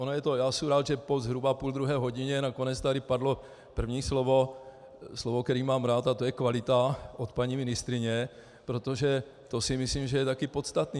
Ono je to já jsem rád, že po zhruba půldruhé hodině nakonec tady padlo první slovo, slovo které mám rád, a to je kvalita, od paní ministryně, protože to si myslím, že je taky podstatné.